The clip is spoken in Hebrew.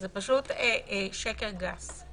זה פשוט שקר גס.